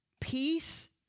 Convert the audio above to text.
peace